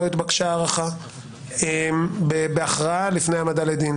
לא התבקשה הארכה בהכרעה לפני העמדה לדין,